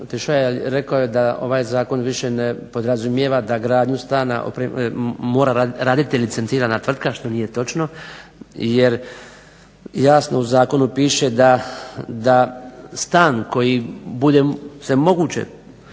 otišao je rekao je da ovaj zakon više ne podrazumijeva da gradnju stana mora raditi licencirana tvrtka, jer jasno u zakonu piše da stan koji se bude moguće